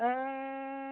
অঁ